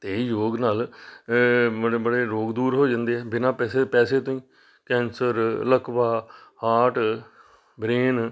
ਅਤੇ ਯੋਗ ਨਾਲ ਬੜੇ ਬੜੇ ਰੋਗ ਦੂਰ ਹੋ ਜਾਂਦੇ ਆ ਬਿਨਾਂ ਪੈਸੇ ਪੈਸੇ ਤੋਂ ਹੀ ਕੈਂਸਰ ਲਕਵਾ ਹਾਰਟ ਬਰੇਨ